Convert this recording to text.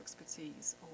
expertise